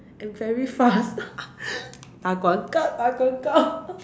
and very fast 打广告打广告